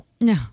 no